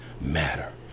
matter